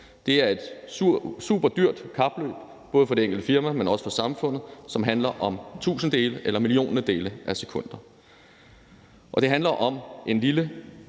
Det er et superdyrt kapløb, både for det enkelte firma, men også for samfundet, som handler om tusindedele eller milliontedele af sekunder. Det handler om en lille